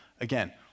Again